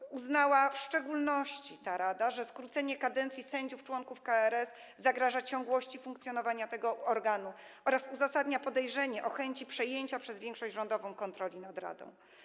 Rada uznała w szczególności, że skrócenie kadencji sędziów członków KRS zagraża ciągłości funkcjonowania tego organu oraz uzasadnia podejrzenie chęci przejęcia przez większość rządową kontroli nad radą.